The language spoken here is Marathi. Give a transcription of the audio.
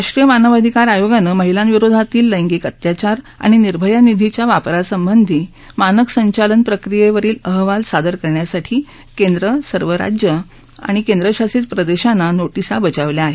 राष्ट्रीय मानवाधिकार आयोगानं महिलांविरोधातील लैंगिक अत्याचार आणि निर्भया निधीच्या वापरासंबंधी मानक संचालन प्रक्रियेवरील अहवाल सादर करण्यासाठी केंद्र सर्व राज्य आणि केंद्रशासित प्रदेशाना नोटीस बजावली आहे